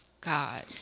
God